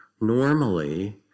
normally